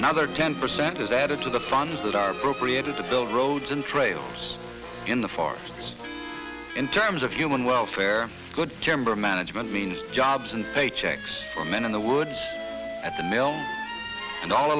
another ten percent is added to the funds that are appropriated to build roads and trails in the far east in terms of human welfare good timber management means jobs and paychecks for men in the wood at the mill and all